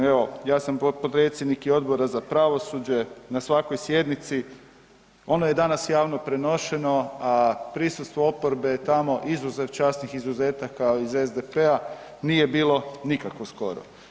Evo ja sam potpredsjednik i Odbora za pravosuđe, na svakoj sjednici, ono je danas javno prenošeno, a prisustvo oporbe je tamo izuzev časnih izuzetaka iz SDP-a nije bilo nikakvo skoro.